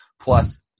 plus